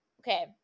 okay